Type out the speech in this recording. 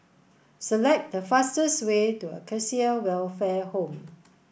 select the fastest way to Acacia Welfare Home